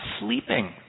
sleeping